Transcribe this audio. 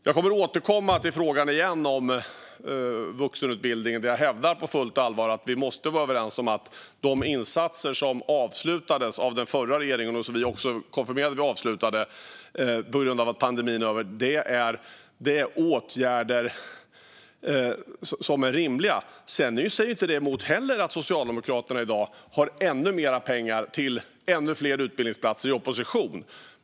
Jag kommer att återkomma till frågan om vuxenutbildningen, där jag på fullt allvar hävdar att vi måste vara överens om att det var en rimlig åtgärd att avsluta de insatser som avslutades av den förra regeringen, och som vi också konfirmerade att vi avslutade på grund av att pandemin är över. Det motsäger inte heller att Socialdemokraterna i dag i opposition har ännu mer pengar till ännu fler utbildningsplatser.